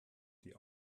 die